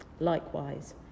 likewise